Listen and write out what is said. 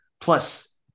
Plus